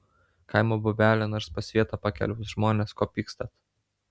kaimo bobelė nors po svietą pakeliaus žmones ko pykstat